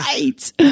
right